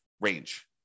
range